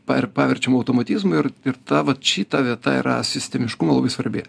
pa ir paverčiam automatizmui ir ir tavo šita vieta yra sistemiškumo labai svarbi